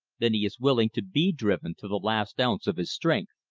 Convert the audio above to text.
then he is willing to be driven to the last ounce of his strength.